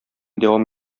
дәвам